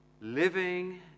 living